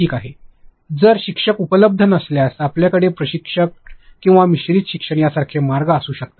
ठीक आहे जर शिक्षक उपलब्ध नसल्यास आपल्याकडे प्रशिक्षण किंवा मिश्रित शिक्षण यासारखे मार्ग असू शकतात